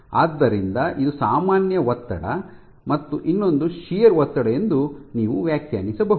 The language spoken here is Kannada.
ಆದ್ದರಿಂದ ಇದು ಸಾಮಾನ್ಯ ಒತ್ತಡ ಮತ್ತು ಇನ್ನೊಂದು ಶಿಯರ್ ಒತ್ತಡ ಎಂದು ನೀವು ವ್ಯಾಖ್ಯಾನಿಸಬಹುದು